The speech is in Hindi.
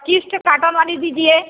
पच्चीस ठो काटन वाली दीजिए